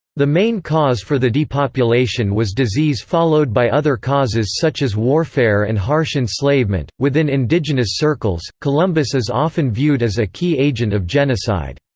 the main cause for the depopulation was disease followed by other causes such as warfare and harsh enslavement within indigenous circles, columbus is often viewed as a key agent of genocide.